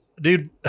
dude